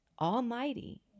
almighty